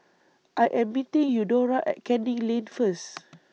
I Am meeting Eudora At Canning Lane First